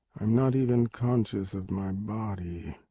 i'm not even conscious of my body.